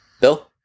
Bill